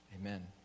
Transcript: Amen